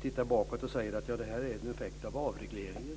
tittar bakåt att säga att det här är en effekt av avregleringen.